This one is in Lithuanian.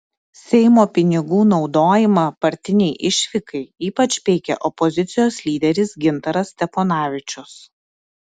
seimo pinigų naudojimą partinei išvykai ypač peikė opozicijos lyderis gintaras steponavičius